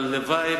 הלוואי,